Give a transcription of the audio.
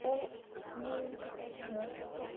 ओ school घट्ट गे जाना ते